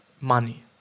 money